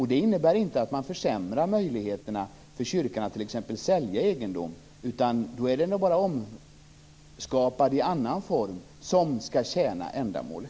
Det innebär inte att man försämrar möjligheterna för kyrkan att t.ex. sälja egendom, utan då är det omskapat i annan form som skall tjäna ändamålet.